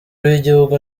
w’igihugu